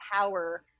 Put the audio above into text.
power